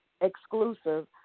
exclusive